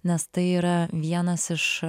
nes tai yra vienas iš